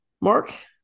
mark